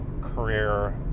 career